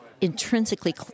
intrinsically